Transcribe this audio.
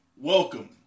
Welcome